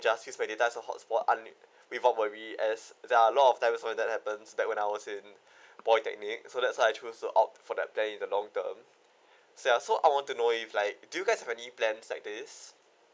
just use my data as a hotspot unli~ without worries as there are a lot of time when that happens that when I was in polytechnic so that's why I choose to opt for that plan in the long term ya so I want to know if like do you guys have any plans is like this